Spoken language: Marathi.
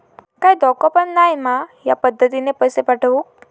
काय धोको पन नाय मा ह्या पद्धतीनं पैसे पाठउक?